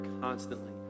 constantly